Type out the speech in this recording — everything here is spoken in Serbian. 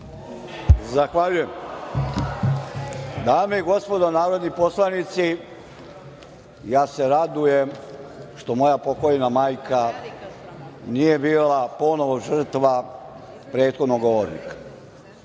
Zahvaljujem. Dame i gospodo narodni poslanici, ja se radujem što moja pokojna majka nije bila ponovo žrtva prethodnog govornika.